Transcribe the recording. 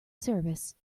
service